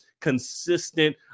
consistent